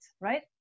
right